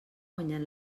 guanyat